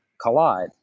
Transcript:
collide